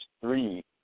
three